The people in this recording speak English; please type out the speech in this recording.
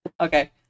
Okay